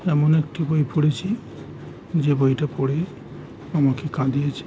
এমন একটি বই পড়েছি যে বইটা পড়ে আমাকে কাঁদিয়েছে